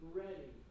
ready